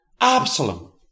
Absalom